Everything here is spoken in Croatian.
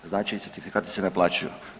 Znači certifikati se naplaćuju.